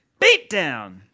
beatdown